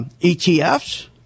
ETFs